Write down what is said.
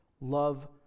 love